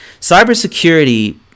Cybersecurity